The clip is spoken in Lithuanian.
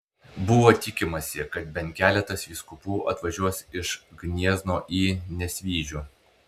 buvo tikimasi kad bent keletas vyskupų atvažiuos iš gniezno į nesvyžių